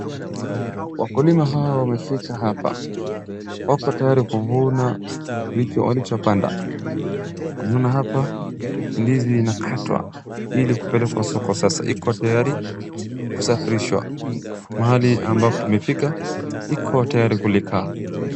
Wakulima hawa wamefika hapa. Wako tayari kuvuna vitu walichopanda, naona hapa ndizi inakatwa ili kupelekwa soko sasa, iko tayari kusafirishwa. Mahali ambapo imefika, iko tayari kulika.